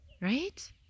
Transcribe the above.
right